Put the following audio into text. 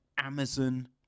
Amazon